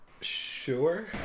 sure